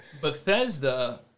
Bethesda